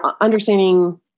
understanding